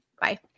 Bye